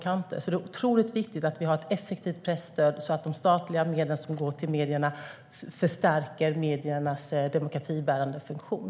Det är otroligt viktigt att vi har ett effektivt presstöd, så att de statliga medlen till medierna förstärker mediernas demokratibärande funktion.